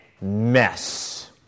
mess